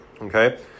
okay